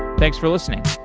thanks for listening.